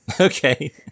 okay